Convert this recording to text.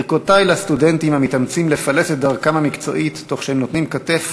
ברכותי לסטודנטים המתאמצים לפלס את דרכם המקצועית תוך שהם נותנים כתף,